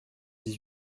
dix